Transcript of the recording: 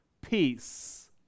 peace